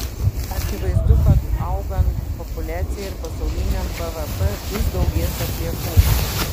akivaizdu kad augant populiacijai ir pasauliniam bvp vis daugės atliekų